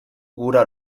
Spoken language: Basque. gura